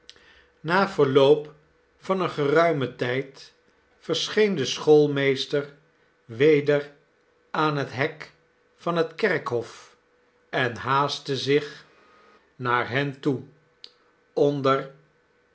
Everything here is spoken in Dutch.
na verloop van een geruimen tijd verscheen de schoolmeester weder aan het hek van het kerkhof en haastte zich naar hen toe onder